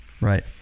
Right